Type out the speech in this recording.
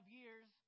years